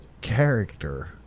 character